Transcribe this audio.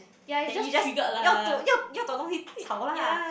then you just 要找要找东西吵 lah